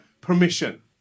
permission